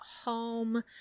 home